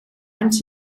anys